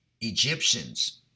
Egyptians